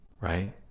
right